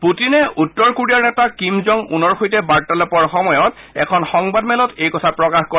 পুটিনে উত্তৰ কোৰিয়াৰ নেতা কিম জং উনৰ সৈতে বাৰ্তালাপৰ সময়ত এখন সংবাদমেলত এই কথা প্ৰকাশ কৰে